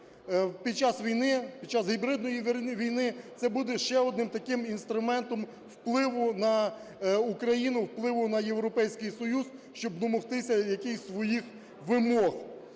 під час гібридної війни, це буде ще одним таким інструментом впливу на Україну, впливу на Європейський Союз, щоб домогтися якихось своїх вимог.